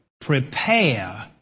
Prepare